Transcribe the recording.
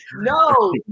No